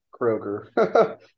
Kroger